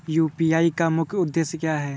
UPI का मुख्य उद्देश्य क्या है?